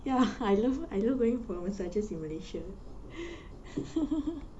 ya I love I love going for massages in malaysia